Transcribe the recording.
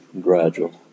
gradual